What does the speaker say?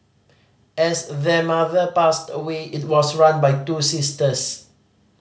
after their mother passed away it was run by two sisters